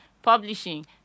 Publishing